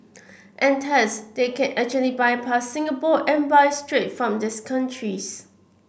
and thus they can actually bypass Singapore and buy straight from these countries